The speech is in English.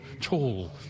tall